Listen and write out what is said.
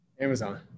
Amazon